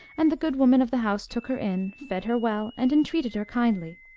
and the good woman of the house took her in, fed her well, and entreated her kindly.